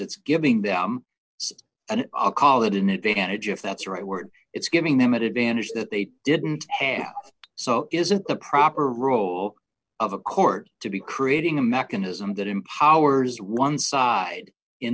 it's giving them an apology an advantage if that's right word it's giving them an advantage that they didn't have so isn't the proper role of a court to be creating a mechanism that empowers one side in